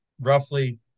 roughly